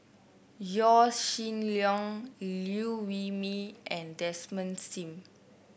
Yaw Shin Leong Liew Wee Mee and Desmond Sim